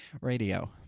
radio